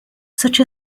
such